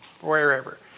wherever